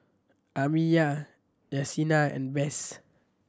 Amiya Yessenia and Bess